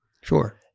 Sure